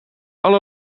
alle